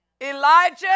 Elijah